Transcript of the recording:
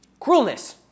cruelness